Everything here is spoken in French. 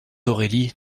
aurélie